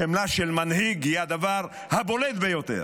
חמלה של מנהיג היא הדבר הבולט ביותר.